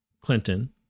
Clinton